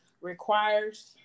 requires